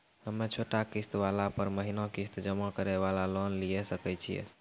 हम्मय छोटा किस्त वाला पर महीना किस्त जमा करे वाला लोन लिये सकय छियै?